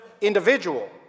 individual